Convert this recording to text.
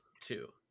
two